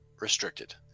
restricted